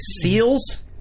seals